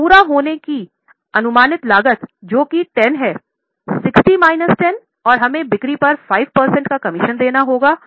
तो पूरा होने की अनुमानित लागत जो कि 10 है 60 माइनस 10 और हमें बिक्री पर 5 प्रतिशत का कमीशन देना होगा